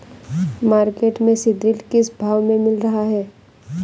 Market में सीद्रिल किस भाव में मिल रहा है?